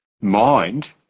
mind